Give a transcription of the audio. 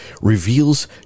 reveals